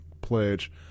pledge